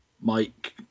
Mike